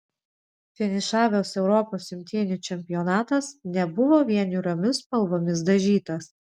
finišavęs europos imtynių čempionatas nebuvo vien niūriomis spalvom dažytas